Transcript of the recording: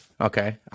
okay